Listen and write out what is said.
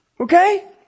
Okay